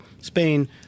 Spain